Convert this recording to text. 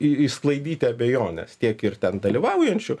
išsklaidyti abejones tiek ir ten dalyvaujančių